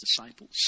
disciples